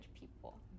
people